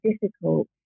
difficult